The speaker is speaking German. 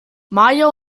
maja